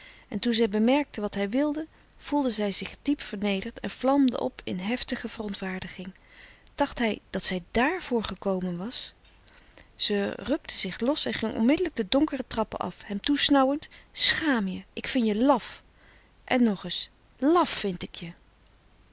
en toen zij bemerkte wat hij wilde voelde zij zich diep vernederd en vlamde op in heftige verontwaardiging dacht hij dat zij dààrvoor gekomen was zij rukte zich los en ging onmiddelijk de donkere trappen af hem toesnauwend schaam je ik vin je laf en nog eens laf vind ik je